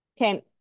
Okay